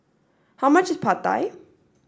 how much is Pad Thai